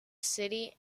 city